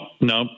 no